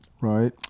Right